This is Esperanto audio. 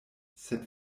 sed